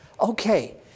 Okay